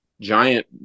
giant